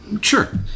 Sure